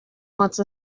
once